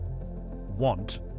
want